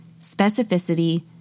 specificity